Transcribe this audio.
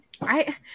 Right